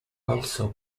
also